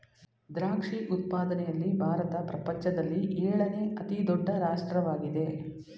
ದ್ರಾಕ್ಷಿ ಉತ್ಪಾದನೆಯಲ್ಲಿ ಭಾರತ ಪ್ರಪಂಚದಲ್ಲಿ ಏಳನೇ ಅತಿ ದೊಡ್ಡ ರಾಷ್ಟ್ರವಾಗಿದೆ